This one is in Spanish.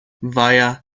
vaya